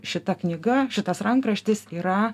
šita knyga šitas rankraštis yra